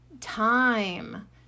time